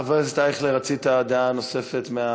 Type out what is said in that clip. חבר הכנסת אייכלר, רצית דעה נוספת.